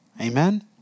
Amen